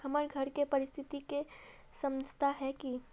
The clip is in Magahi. हमर घर के परिस्थिति के समझता है की?